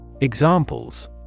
Examples